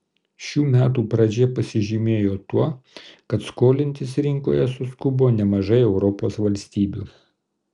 šių metų pradžia pasižymėjo tuo kad skolintis rinkoje suskubo nemažai europos valstybių